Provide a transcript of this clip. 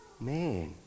man